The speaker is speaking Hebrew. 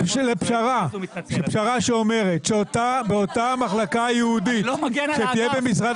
אני מוכן ללכת לפשרה שאומרת שבאותה מחלקה ייעודית שתהיה במשרד